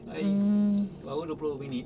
I baru dua puluh minit